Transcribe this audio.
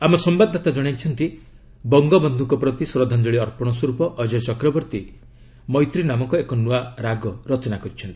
ଆମ ସମ୍ଭାଦଦାତା ଜଣାଇଛନ୍ତି ବଙ୍ଗବନ୍ଧୁଙ୍କ ପ୍ରତି ଶ୍ରଦ୍ଧାଞ୍ଚଳି ଅର୍ପଣ ସ୍ୱରୂପ ଅଜୟ ଚକ୍ରବର୍ତ୍ତୀ 'ମୈତ୍ର' ନାମକ ଏକ ନୂଆ ରାଗ ରଚନା କରିଛନ୍ତି